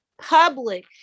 public